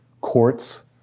courts